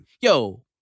Yo